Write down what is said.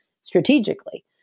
strategically